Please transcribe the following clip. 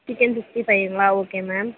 chicken sixty ஃபைங்களா okay ma'am